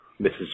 Mrs